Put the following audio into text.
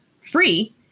free